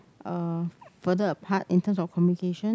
uh further apart in terms of communication